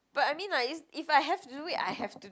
but I mean like it's if I have to do it I have to